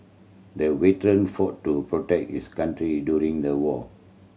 the veteran fought to protect his country during the war